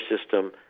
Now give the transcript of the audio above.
system